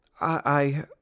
I-